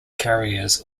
carriers